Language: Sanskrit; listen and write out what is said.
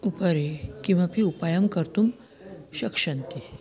उपरि किमपि उपायं कर्तुं शक्यन्ते